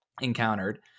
encountered